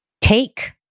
Take